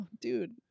dude